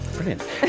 Brilliant